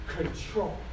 control